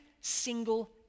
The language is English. single